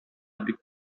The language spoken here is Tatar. бик